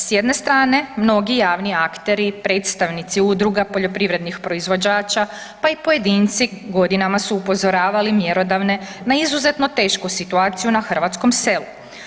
S jedne strane mnogi javni akteri i predstavnici udruga, poljoprivrednih proizvođača pa i pojedinci godinama su upozoravali mjerodavne na izuzetno tešku situaciju na hrvatskom selu.